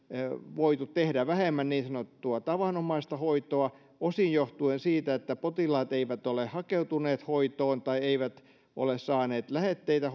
voitu tehdä vähemmän niin sanottua tavanomaista hoitoa osin johtuen siitä että potilaat eivät ole hakeutuneet hoitoon tai eivät ole saaneet lähetteitä